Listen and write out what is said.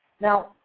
Now